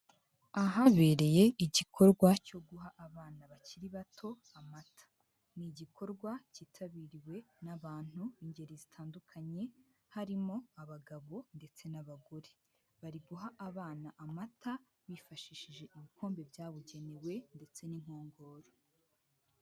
Ahabereye igikorwa cyo guha abana bakiri bato amata ni igikorwa cyitabiriwe n'abantu b'ingeri zitandukanye harimo abagabo ndetse n'abagore bari guha abana amata bifashishije ibikombe byabugenewe ndetse n'inkongoro.